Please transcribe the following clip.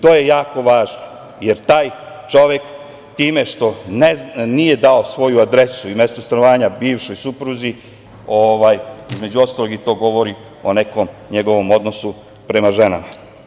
To je jako važno, jer taj čovek time što nije dao svoju adresu i mesto stanovanja, bivšoj supruzi, između ostalog i to govori o nekom svom odnosu prema ženama.